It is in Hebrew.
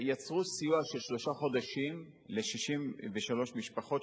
ויצרו סיוע של שלושה חודשים ל-63 משפחות,